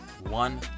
one